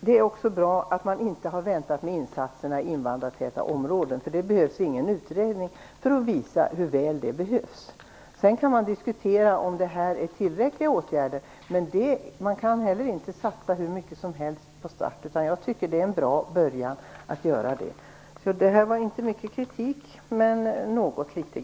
Det är också bra att man inte har väntat med insatserna i invandrartäta områden. Det behövs ingen utredning för att visa hur väl de behövs. Sedan kan man diskutera om åtgärderna är tillräckliga, men man kan inte heller satsa hur mycket som helst. Det är i alla fall en bra början. Det här var inte mycket kritik, men något litet.